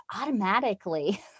automatically